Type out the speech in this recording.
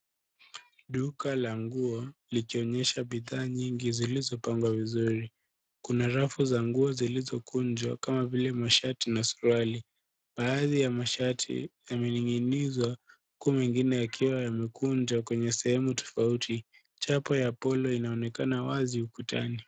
Duka la nguo likionyesha bidhaa nyingi zilizopangwa vizuri. Kuna rafu za nguo zilizokunjwa kama vile mashati na suruali. Baadhi ya mashati yamening'inizwa huku mengine yakiwa yamekunjwa kwenye sehemu tofauti. Chapa ya Polo inaonekana wazi ukutani.